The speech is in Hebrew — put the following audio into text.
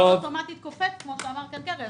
כפי שאמר כאן קרעי,